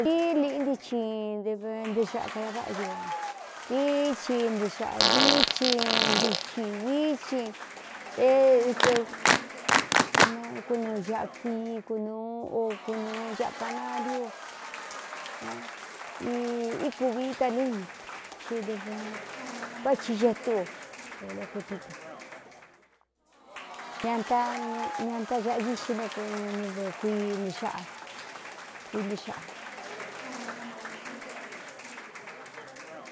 Dií liꞌndii ci dɨv ntɨɨ xaꞌa kada váꞌañu dií ci ntɨ xaꞌa dií ci ntuci dií ci ékmɨ kunuu aꞌa kui kunūu o kunūu aꞌa kanariu ī íkūviíta ni ci dɨvɨn vá ci xeetú o é lokepíca ñaañatacāꞌa dixi ne v kui nɨxꞌa kuintɨ xaꞌa.